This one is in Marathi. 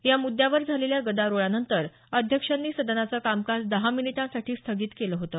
या मुद्यावर झालेल्या गदारोळानंतर अध्यक्षांनी सदनाचं कामकाज दहा मिनिटांसाठी स्थगित केलं होतं